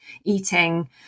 eating